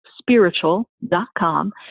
spiritual.com